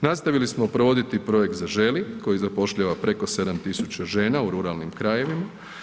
nastavili smo provoditi projekt Zaželi koji zapošljava preko 7 tisuća žena u ruralnim krajevima.